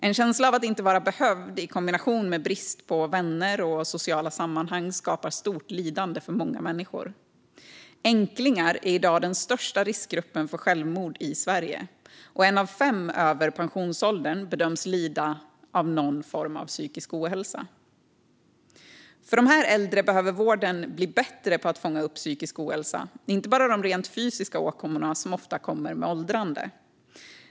En känsla av att inte vara behövd i kombination med brist på vänner och sociala sammanhang skapar stort lidande för många människor. Änklingar är i dag den största riskgruppen för självmord i Sverige, och en av fem över pensionsåldern bedöms lida av någon form av psykisk ohälsa. För dessa äldre behöver vården bli bättre på att fånga upp psykisk ohälsa och inte bara de rent fysiska åkommorna som ofta kommer med åldrande.